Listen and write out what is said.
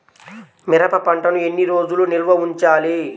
మిరప పంటను ఎన్ని రోజులు నిల్వ ఉంచాలి?